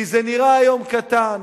כי זה נראה היום קטן,